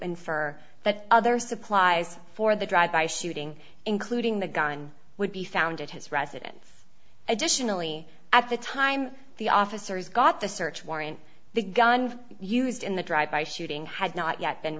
infer that other supplies for the drive by shooting including the gun would be found at his residence additionally at the time the officers got the search warrant the gun used in the drive by shooting had not yet been